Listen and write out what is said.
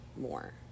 more